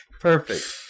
Perfect